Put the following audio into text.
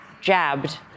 jabbed